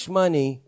money